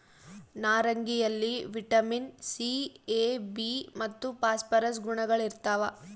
ನಾರಂಗಿಯಲ್ಲಿ vitamin C A B ಮತ್ತು phosphorus ಗುಣಗಳಿರ್ತಾವ